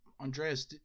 Andreas